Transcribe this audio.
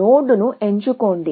నోడ్ను ఎంచుకోండి